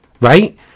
right